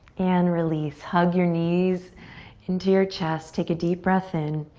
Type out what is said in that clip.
and release. hug your knees into your chest. take a deep breath in.